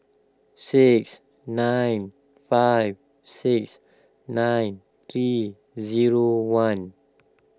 six nine five six nine three zero one